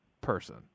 person